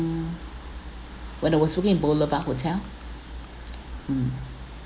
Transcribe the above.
when I was working in boulevard hotel mm